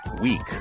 week